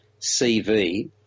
CV